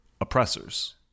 oppressors